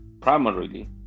primarily